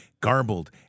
garbled